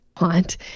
want